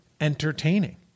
entertaining